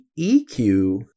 EQ